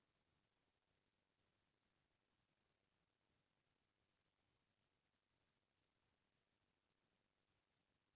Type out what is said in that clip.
कोई जरुरी नइ रहय के सब्बो बित्तीय संस्था या बेंक मन ह मनसे ल वेंचर कैपिलट दे देवय